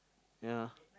ya